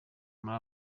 muri